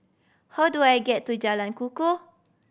how do I get to Jalan Kukoh